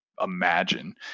imagine